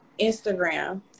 Instagram